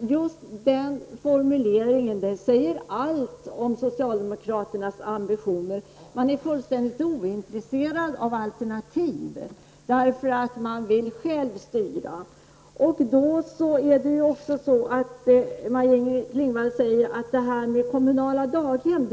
Just denna formulering säger allt om socialdemokraternas ambitioner. De är fullständigt ointresserade av alternativ, eftersom de själva vill styra. Maj-Inger Klingvall säger att alla vill ha kommunala daghem.